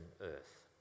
earth